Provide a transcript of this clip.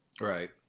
Right